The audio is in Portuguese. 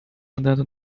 andando